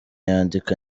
yandika